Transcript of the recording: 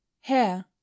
hair